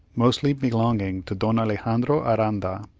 mostly belonging to don alexandro aranda,